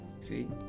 See